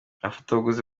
abafatabuguzi